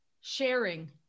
sharing